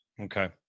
Okay